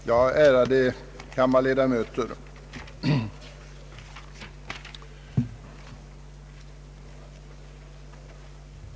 Herr talman! Ärade kammarledamöter!